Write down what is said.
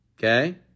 Okay